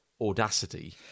Audacity